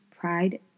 pride